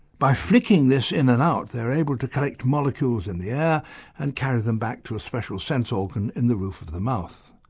by flicking this in and out they're able to collect molecules in the air and carry them back to a special sense organ in the roof of the mouth.